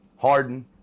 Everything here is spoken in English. Harden